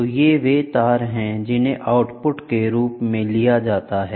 तो ये वे तार हैं जिन्हें आउटपुट के रूप में लिया जाता है